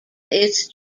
its